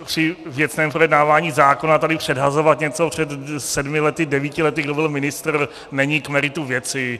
Při věcném projednávání zákona tady předhazovat něco před sedmi lety, devíti lety, kdo byl ministr, není k meritu věci.